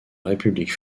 république